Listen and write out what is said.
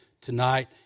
tonight